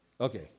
Okay